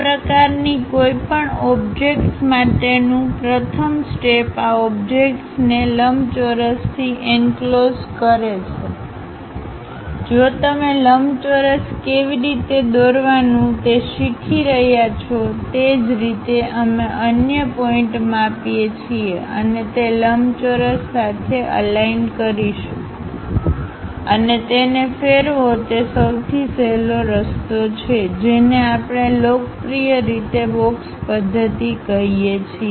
આ પ્રકારની કોઈપણ ઓબ્જેક્ટ્સ માટેનું પ્રથમ સ્ટેપ્ આ ઓબ્જેક્ટ્સને લંબચોરસથી એનક્લોઝ કરે છે જો તમે લંબચોરસ કેવી રીતે દોરવાનું તે શીખી રહ્યાં છો તે જ રીતે અમે અન્ય પોઇટ માપીએ છીએ અને તે લંબચોરસ સાથે અલાઈન કરીશું અને તેને ફેરવો તે સૌથી સહેલો રસ્તો છે જેને આપણે લોકપ્રિય રીતે બોક્સ પદ્ધતિ કહીએ છીએ